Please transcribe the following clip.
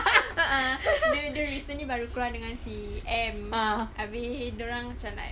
a'ah dia dia recently baru dengan si M habis dia orang macam like